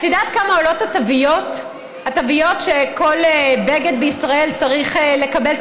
את יודעת כמה עולות התוויות שכל בגד בישראל צריך לקבל,